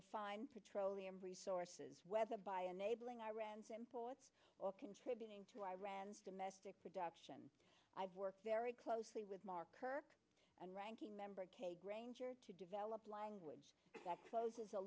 refined petroleum resources whether by enabling iran's imports or contributing to iran's domestic production i've worked very closely with mark kirk and ranking member kay granger to develop language that closes